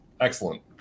Excellent